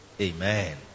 Amen